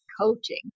coaching